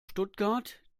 stuttgart